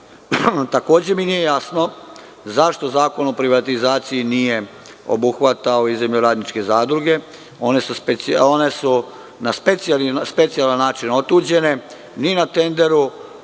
dobara. Takođe mi nije jasno zašto Zakon o privatizaciji nije obuhvatio i zemljoradničke zadruge? One su na specijalan način otuđene, ni na tenderu,